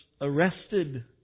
arrested